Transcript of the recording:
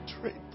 trade